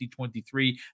2023